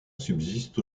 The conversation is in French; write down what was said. subsiste